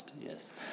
Yes